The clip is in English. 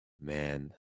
Man